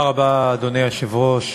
אדוני היושב-ראש,